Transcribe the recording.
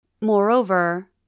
Moreover